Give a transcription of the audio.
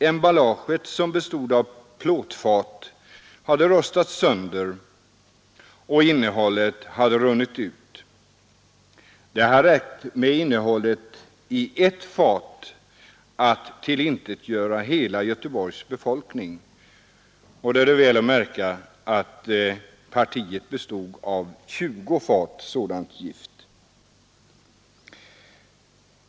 Emballaget, som bestod av plåtfat, hade rostat sönder och innehållet hade runnit ut. Det hade räckt med innehållet i ett fat för att omintetgöra hela Göteborgs befolkning. Då är väl att märka att partiet bestod av tjugo fat sådant gift.